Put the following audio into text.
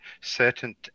Certain